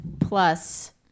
plus